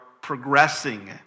progressing